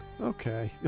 Okay